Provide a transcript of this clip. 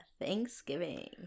Thanksgiving